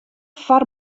foar